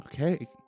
Okay